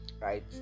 Right